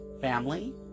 family